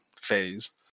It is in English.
phase